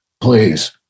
Please